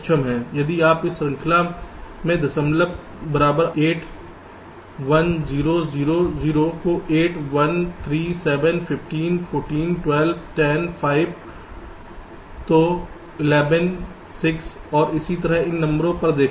यदि आप इस संख्या के दशमलव बराबर 8 1 0 0 0 को 8 1 3 7 15 14 12 10 5 तो 11 6 और इसी तरह इन नंबरों पर देखें